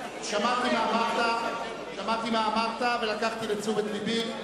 שמעתי מה אמרת ולקחתי לתשומת לבי.